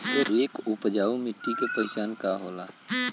एक उपजाऊ मिट्टी के पहचान का होला?